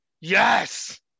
yes